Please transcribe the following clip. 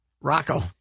Rocco